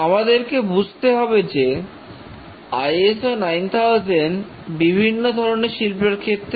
আমাদেরকে বুঝতে হবে যে ISO 9000 বিভিন্ন ধরনের শিল্পের ক্ষেত্রে প্রযোজ্য